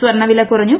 സ്വർണ്ണവില കുറഞ്ഞു